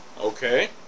Okay